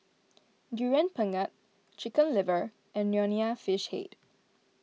Durian Pengat Chicken Liver and Nonya Fish Head